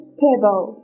table